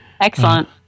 Excellent